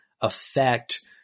affect